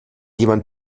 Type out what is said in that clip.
jemand